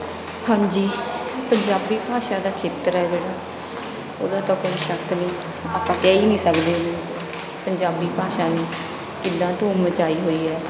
ਹਾਂਜੀ ਪੰਜਾਬੀ ਭਾਸ਼ਾ ਦਾ ਖੇਤਰ ਹੈ ਜਿਹੜਾ ਉਹਦਾ ਤਾਂ ਕੋਈ ਸ਼ੱਕ ਨਹੀਂ ਆਪਾਂ ਕਹਿ ਹੀ ਨਹੀਂ ਸਕਦੇ ਮੀਨਜ਼ ਪੰਜਾਬੀ ਭਾਸ਼ਾ ਨੇ ਕਿੱਦਾਂ ਧੂਮ ਮਚਾਈ ਹੋਈ ਹੈ